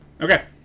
Okay